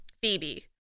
Phoebe